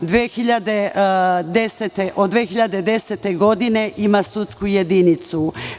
Od 2010. godine ima sudsku jedinicu.